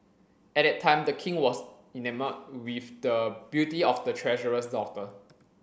at that time the king was enamoured with the beauty of the treasurer's daughter